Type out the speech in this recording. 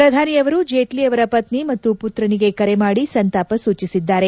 ಪ್ರಧಾನಿಯವರು ಜೇಟ್ಲ ಅವರ ಪತ್ನಿ ಮತ್ತು ಪುತ್ರನಿಗೆ ಕರೆ ಮಾಡಿ ಸಂತಾಪ ಸೂಚಿಸಿದ್ದಾರೆ